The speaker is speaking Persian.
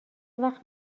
وقت